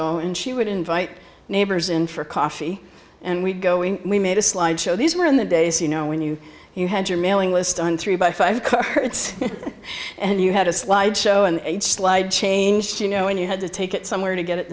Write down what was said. pauls and she would invite neighbors in for coffee and we'd go in we made a slide show these were in the days you know when you you had your mailing list on three by five and you had a slideshow and changed you know when you had to take it somewhere to get